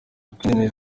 ikindi